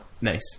Nice